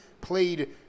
played